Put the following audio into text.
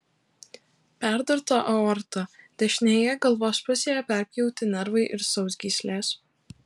perdurta aorta dešinėje galvos pusėje perpjauti nervai ir sausgyslės